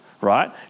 right